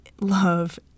love